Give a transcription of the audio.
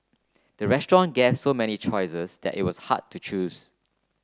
the restaurant gave so many choices that it was hard to choose